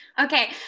Okay